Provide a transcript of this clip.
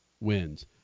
wins